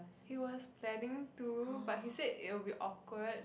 he was planning to but he said it will be awkward